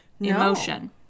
emotion